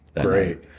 Great